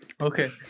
Okay